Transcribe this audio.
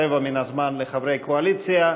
רבע מן הזמן לחברי קואליציה,